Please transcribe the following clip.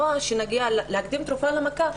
להקדים תרופה למכה,